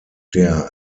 der